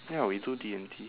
ya we do D and T